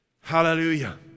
Hallelujah